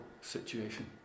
situation